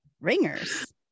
ringers